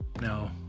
No